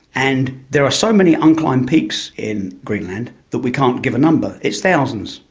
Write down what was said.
and there are so many unclimbed peaks in greenland that we can't give a number. it's thousands.